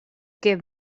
give